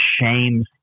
shame